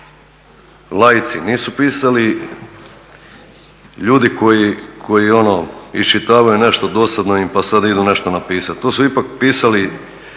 laici, nisu pisali ljudi koji ono iščitavaju nešto dosadno pa sad idu nešto napisati. To su ipak pisali